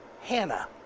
Hannah